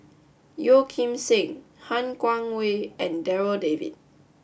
Yeo Kim Seng Han Guangwei and Darryl David